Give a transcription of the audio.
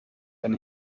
eine